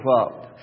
up